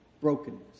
brokenness